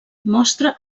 mostra